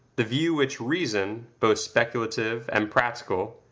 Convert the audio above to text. the view which reason, both speculative and practical,